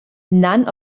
none